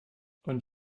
und